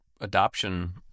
adoption